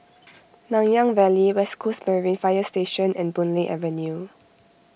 Nanyang Valley West Coast Marine Fire Station and Boon Lay Avenue